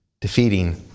defeating